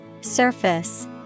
Surface